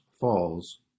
Falls